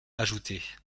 ajoutées